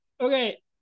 Okay